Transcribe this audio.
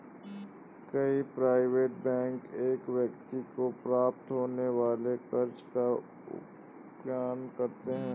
कई private bank एक व्यक्ति को प्राप्त होने वाले कर्ज का विज्ञापन करते हैं